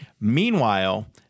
Meanwhile